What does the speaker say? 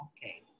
Okay